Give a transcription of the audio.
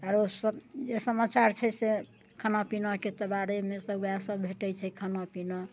आओरो सभ जे समाचार छै से खाना पीनाके तऽ बारेमे सभ ओएह सभ भेटैत छै खाना पीना